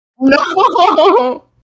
no